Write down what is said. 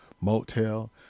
motel